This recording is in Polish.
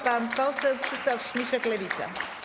Pan poseł Krzysztof Śmiszek, Lewica.